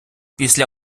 після